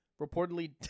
reportedly